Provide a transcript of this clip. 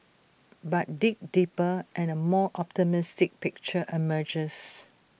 but dig deeper and A more optimistic picture emerges